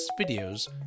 videos